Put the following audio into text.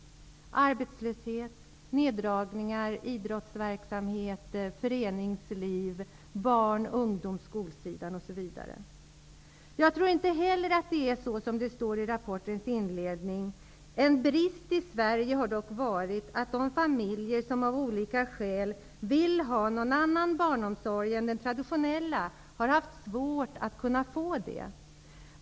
Det förekommer t.ex. arbetslöshet, neddragningar av idrottsverksamhet, av föreningsliv och i skolan. Jag tror inte heller att det är så som det står i rapportens inledning: ''En brist i Sverige har dock varit att de familjer som av olika skäl vill ha någon annan barnomsorg än den traditionella har haft svårt att kunna få det.